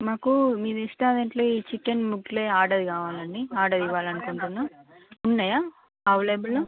మాకు మీ రెస్టారెంట్లి ఈ చికెన్ ముఘ్లయ్ ఆర్డర్ కావాలండి ఆర్డర్ ఇవ్వాలనుకుంటున్నం ఉన్నయా అవులేబుల్లో